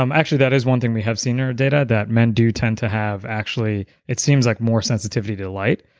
um actually, that is one thing we have seen in our data that men do tend to have actually, it seems like more sensitivity to light.